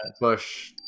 Bush